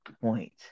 point